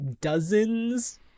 dozens